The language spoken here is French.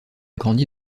grandi